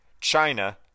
China